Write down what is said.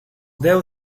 deu